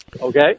Okay